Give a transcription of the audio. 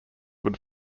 would